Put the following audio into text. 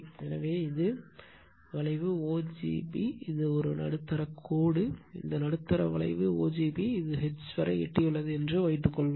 எனவே இது வளைவு o g b இது நடுத்தர கோடு இந்த நடுத்தர வளைவு o g b இது H வரை எட்டியுள்ளது என்று வைத்துக்கொள்வோம்